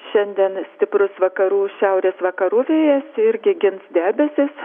šiandien stiprus vakarų šiaurės vakarų vėjas irgi gins debesis